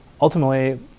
ultimately